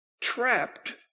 trapped